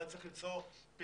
אולי צריך למצוא פתרונות